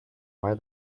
why